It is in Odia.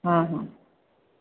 ହଁ ହଁ